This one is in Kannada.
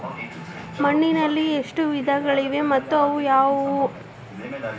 ಮಣ್ಣಿನಲ್ಲಿ ಎಷ್ಟು ವಿಧಗಳಿವೆ ಮತ್ತು ಅವು ಯಾವುವು?